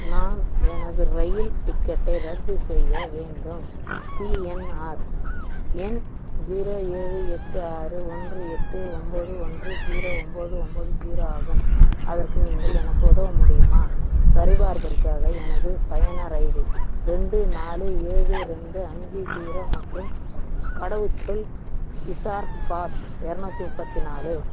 நான் எனது ரயில் டிக்கெட்டை ரத்து செய்ய வேண்டும் பிஎன்ஆர் எண் ஜீரோ ஏழு எட்டு ஆறு ஒன்று எட்டு ஒம்போது ஒன்று ஜீரோ ஒம்போது ஒம்போது ஜீரோ ஆகும் அதற்கு நீங்கள் எனக்கு உதவ முடியுமா சரிபார்ப்பிற்காக எனது பயனர் ஐடி ரெண்டு நாலு ஏழு ரெண்டு அஞ்சு ஜீரோ மற்றும் கடவுச்சொல் யுசார்பாஸ் எரநூற்றி முப்பத்தி நாலு